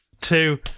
two